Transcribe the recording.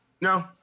No